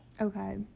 Okay